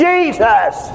Jesus